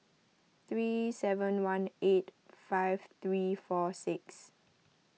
three seven one eight five three four six